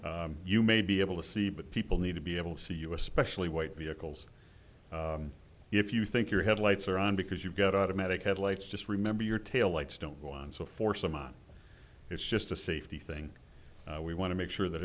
on you may be able to see but people need to be able to see us especially white vehicles if you think your headlights are on because you've got automatic headlights just remember your tail lights don't want so for some out it's just a safety thing we want to make sure that